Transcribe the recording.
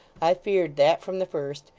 i feared that, from the first.